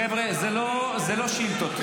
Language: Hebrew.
חבר'ה, זה לא שאילתות.